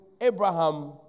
Abraham